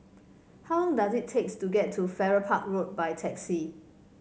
how long does it takes to get to Farrer Park Road by taxi